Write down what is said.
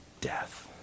death